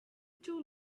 too